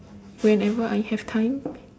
whenever I have time